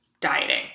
dieting